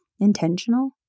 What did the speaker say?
intentional